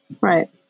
Right